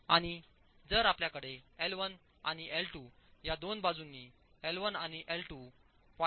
आणि जर आपल्याकडे एल 1 आणि एल 2 या दोन बाजूंनी एल 1 आणि एल 2 0